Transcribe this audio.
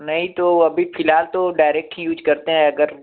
नहीं तो अभी फिलहाल तो डायरेक्ट ही यूज़ करते हैं अगर